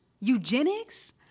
Eugenics